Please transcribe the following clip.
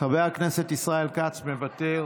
חבר הכנסת ישראל כץ, מוותר,